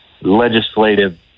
legislative